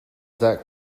that